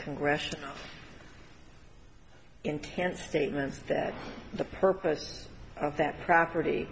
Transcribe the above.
congressional intent statements that the purpose of that property